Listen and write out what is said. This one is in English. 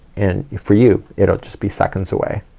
and for you, it'll just be seconds away.